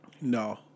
No